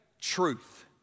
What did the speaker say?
Truth